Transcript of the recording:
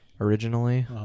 originally